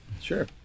Sure